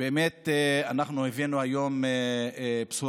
באמת אנחנו הבאנו היום בשורה